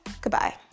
Goodbye